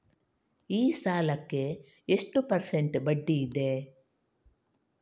ಈ ಸಾಲಕ್ಕೆ ಎಷ್ಟು ಪರ್ಸೆಂಟ್ ಬಡ್ಡಿ ಇದೆ?